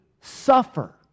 suffer